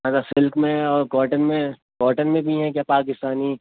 اگر سلک میں اور کاٹن میں کاٹن میں بھی ہیں کیا پاکستانی